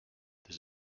this